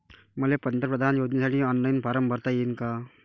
मले पंतप्रधान योजनेसाठी ऑनलाईन फारम भरता येईन का?